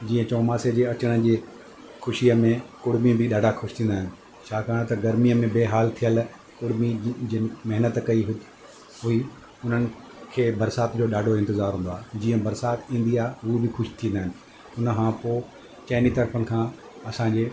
जीअं चौमासे जे अचण जे ख़ुशीअ में कुर्मी बि ॾाढा ख़ुशि थींदा आहिनि छाकाणि त गर्मीअ में बेहाल थियलु कुर्मी जिन महिनतु कई हुई उन्हनि खे बरसाति जो ॾाढो इंतिज़ारु हूंदो आहे जीअं बरसाति ईंदी आहे हू बि ख़ुशि थींदा आहिनि उन खां पोइ चइनी तरफ़नि खां असांजे